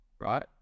right